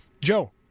Joe